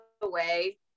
away